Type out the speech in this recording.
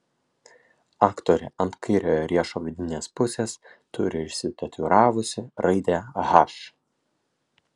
aktorė ant kairiojo riešo vidinės pusės turi išsitatuiravusi raidę h